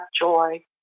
joy